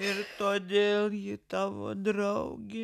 ir todėl ji tavo draugė